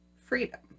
freedom